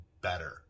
better